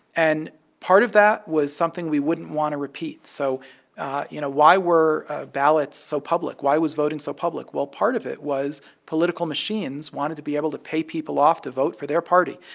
and part of that was something we wouldn't want to repeat. so you know, why were ballots so public? why was voting so public? well, part of it was political machines wanted to be able to pay people off to vote for their party.